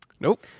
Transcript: Nope